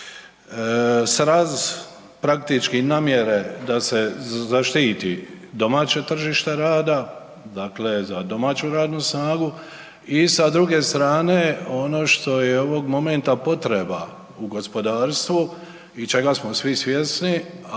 sraz praktički namjere da se zaštiti domaće tržište rada, dakle za domaću radnu snagu i sa druge strane ono što je ovog momenta potreba u gospodarstvu i čega smo svi svjesni,